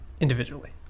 Individually